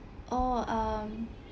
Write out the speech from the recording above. orh um